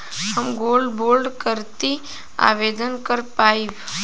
हम gold bond करती आवेदन कर पाईब?